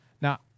Now